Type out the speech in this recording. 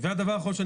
הדבר האחרון,